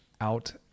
out